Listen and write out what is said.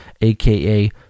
aka